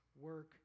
work